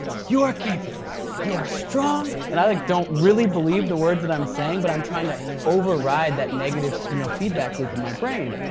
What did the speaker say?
you are capable, you are strong, and i like don't really believe the words that i'm saying, but i'm trying to override that negative you know feedback loop in my brain.